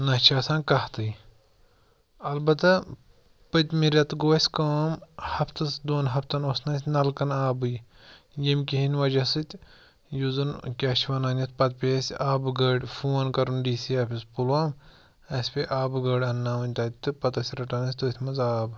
نہَ چھِ آسان کَتھٕے اَلبتاہ پٔتۍمہِ رٮ۪تہٕ گوٚو اَسہِ کأم ہَفتہٕ دۅن ہَفتن اوس نہٕ اَسہِ نَلکن آبٕے ییٚمۍ کِہیٖنٛۍ وجہ سٍتۍ یُس زَن کیٛاہ چھِ وَنان یَتھ پَتہٕ پیٚیہِ اَسہِ آبہٕ گٲڑۍ فون کَرُن ڈی سی آفس پُلوام اَسہِ پیٚیہِ آبہٕ گٲڑۍ انٕناوٕنۍ تَتہِ تہٕ پَتہٕ ٲسۍ رَٹان أسۍ تٔتھۍ منٛز آب